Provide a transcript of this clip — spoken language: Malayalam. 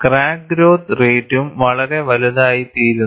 ക്രാക്ക് ഗ്രോത്ത് റേറ്റ്റ്റും വളരെ വലുതായിത്തീരുന്നു